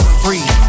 free